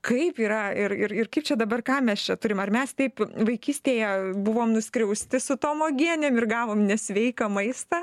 kaip yra ir ir kaip čia dabar ką mes čia turim ar mes taip vaikystėje buvom nuskriausti su tom uogienėm ir gavom nesveiką maistą